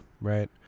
right